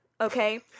okay